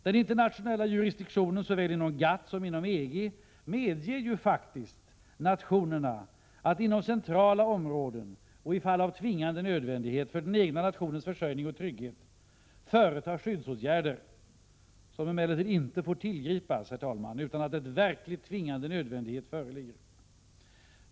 Den internationella jurisdiktionen, såväl inom GATT som inom EG, medger faktiskt nationerna att inom centrala områden och i fall av tvingande nödvändighet för den egna nationens försörjning och trygghet, företa skyddsåtgärder, som emellertid inte får tillgripas utan att verkligt tvingande nödvändighet föreligger.